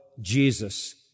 Jesus